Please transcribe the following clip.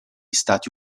stati